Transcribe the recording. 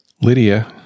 Lydia